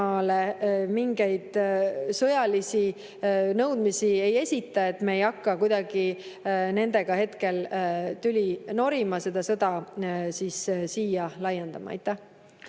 Venemaale mingeid sõjalisi nõudmisi ei esita, et me ei hakka kuidagi nendega hetkel tüli norima, seda sõda siia laiendama. Aitäh!